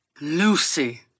Lucy